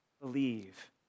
Believe